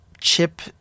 chip